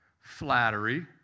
flattery